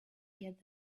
get